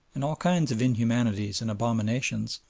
and all kinds of inhumanities and abominations,